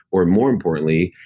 or more importantly,